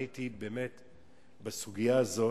אני הייתי בסוגיה הזאת,